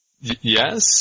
Yes